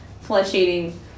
flesh-eating